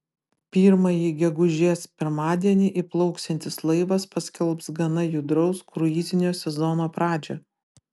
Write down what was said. pirmąjį gegužės pirmadienį įplauksiantis laivas paskelbs gana judraus kruizinio sezono pradžią